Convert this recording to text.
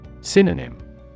Synonym